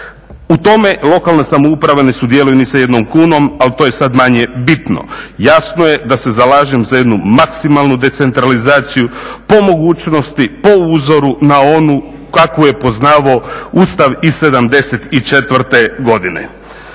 U tome lokalna samouprava ne sudjeluje ni sa jednom kunom, ali to je sad manje bitno. Jasno je da se zalažem za jednu maksimalnu decentralizaciju po mogućnosti, po uzoru na onu kakvu je poznavao Ustav iz 74. godine.